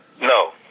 No